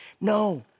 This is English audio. No